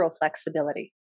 flexibility